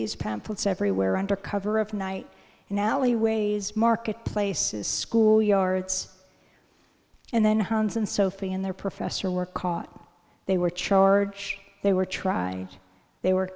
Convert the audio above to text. these pamphlets everywhere under cover of night and now he weighs marketplaces schoolyards and then hans and sophie and their professor were caught they were charge they were try they were